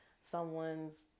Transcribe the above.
someone's